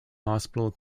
hospital